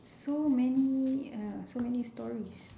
so many !aiya! so many stories